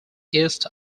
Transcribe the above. east